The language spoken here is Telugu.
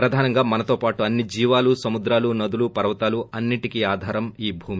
ప్రధానంగా మనతో పాటు అన్ని జీవాలు సముద్రాలు నదులు పర్వతాలు అన్నిటికీ ఆధారం ఈ భూమి